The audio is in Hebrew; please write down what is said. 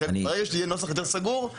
לכן ברגע שיהיה נוסח יותר סגור,